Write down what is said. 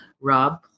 Rob